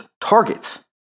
targets